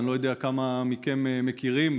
אני לא יודע כמה מכם מכירים,